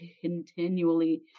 continually